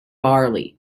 barley